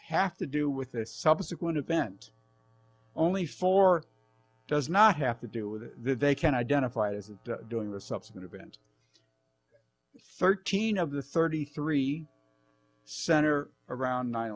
have to do with this subsequent event only four does not have to do with it they can identify it as a doing the subsequent event thirteen of the thirty three center around nine